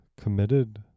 committed